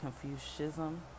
confucianism